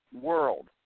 world